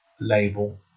Label